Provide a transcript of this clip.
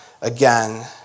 again